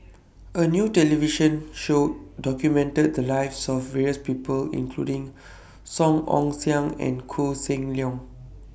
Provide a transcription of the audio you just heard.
A New television Show documented The Lives of various People including Song Ong Siang and Koh Seng Leong